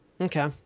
Okay